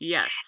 Yes